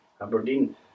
Aberdeen